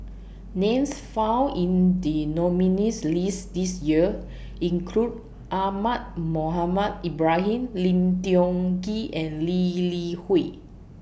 Names found in The nominees' list This Year include Ahmad Mohamed Ibrahim Lim Tiong Ghee and Lee Li Hui